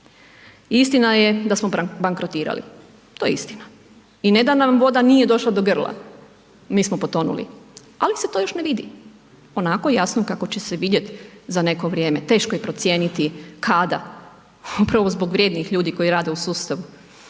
istina je da smo bankrotirali. To je istina i ne da nam voda nije došla do grla, mi smo potonuli. Ali se to još ne vidi, onako jasno kako će se vidjeti za neko vrijeme. Teško je procijeniti kada, upravo zbog vrijednih ljudi koji rade u sustavu,